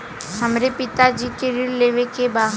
हमरे पिता जी के ऋण लेवे के बा?